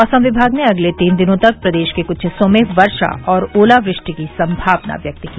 मौसम विमाग ने अगले तीन दिनों तक प्रदेश के क्छ हिस्सों में वर्षा और ओलावृष्टि की सम्मावना व्यक्त की